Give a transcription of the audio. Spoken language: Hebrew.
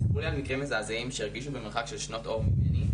סיפרו לי על מקרים מזעזעים שהרגישו במרחק של שנות אור ממני,